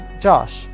Josh